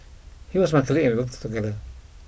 he was my colleague and we worked together